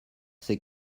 c’est